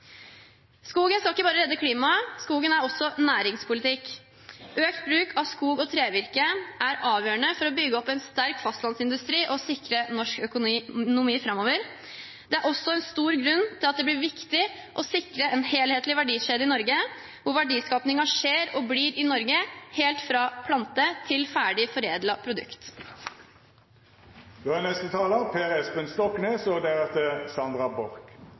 Skogen skal ikke bare redde klimaet. Skogen er også næringspolitikk. Økt bruk av skog og trevirke er avgjørende for å bygge opp en sterk fastlandsindustri og sikre norsk økonomi framover. Det er også en stor grunn til at det blir viktig å sikre en helhetlig verdikjede i Norge og at verdiskapingen skjer og blir i Norge – helt fra plante til ferdig